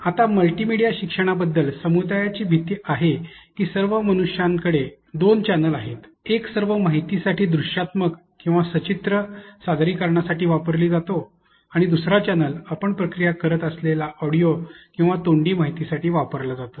आता मल्टीमीडिया शिक्षणाबद्दल समुदायाची भीती आहे की सर्व मनुष्यांकडे दोन चॅनेल आहेत एक सर्व माहितीसाठी दृश्यात्मक किंवा सचित्र सादरीकरणासाठी वापरली जातो आणि दुसरा चॅनेल आपण प्रक्रिया करत असलेल्या ऑडिओ किंवा तोंडी माहितीसाठी वापरला जातो